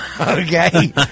Okay